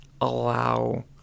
allow